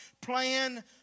plan